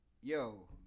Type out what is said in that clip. yo